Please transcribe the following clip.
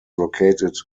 located